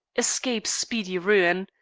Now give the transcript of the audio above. escape speedy ruin.